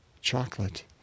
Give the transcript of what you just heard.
chocolate